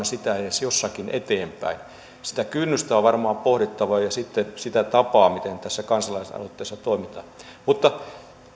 sitä edes jossakin eteenpäin sitä kynnystä on varmaan pohdittava ja sitten sitä tapaa miten tässä kansalaisaloitteessa toimitaan mutta